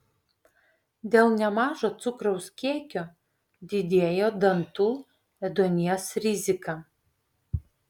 dėl nemažo cukraus kiekio didėja dantų ėduonies rizika